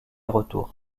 retour